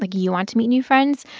like you want to meet new friends,